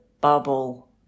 bubble